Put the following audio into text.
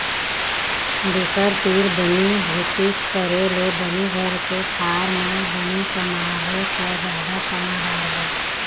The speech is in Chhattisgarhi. दूसर तीर बनी भूती करे ले बने घर के खार म बने कमाबो त जादा कमा डारबो